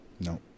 No